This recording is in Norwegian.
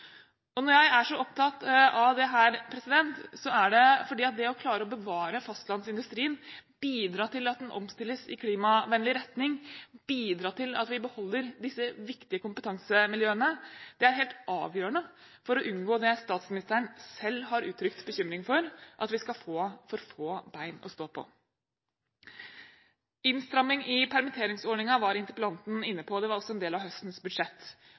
Når jeg er så opptatt av dette, er det fordi det å klare å bevare fastlandsindustrien bidrar til at den omstilles i klimavennlig retning og bidrar til at vi beholder disse viktige kompetansemiljøene. Det er helt avgjørende for å unngå det statsministeren selv har uttrykt bekymring for, at vi skal få for få ben å stå på. Innstramming i permitteringsordningen var interpellanten inne på. Det var også en del av høstens budsjett.